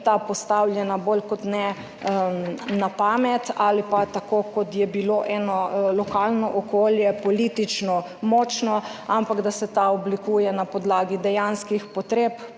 ta ni postavljena bolj kot ne na pamet ali pa tako, kot je bilo močno eno lokalno okolje politično, ampak da se ta oblikuje na podlagi dejanskih potreb